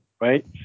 right